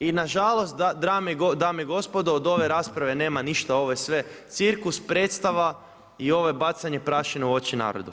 I nažalost dame i gospodo od ove rasprave nema ništa, ovo je sve cirkus, predstava i ovo je bacanje prašine u oči narodu.